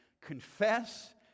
confess